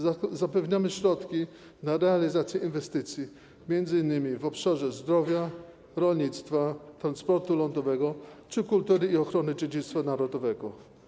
Zapewniamy środki na realizację inwestycji m.in. w obszarze zdrowia, rolnictwa, transportu lądowego czy kultury i ochrony dziedzictwa narodowego.